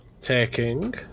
Taking